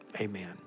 Amen